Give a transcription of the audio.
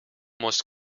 most